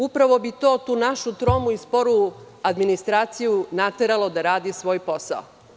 Upravo bi to našu tromu i sporu administraciju nateralo da radi svoj posao.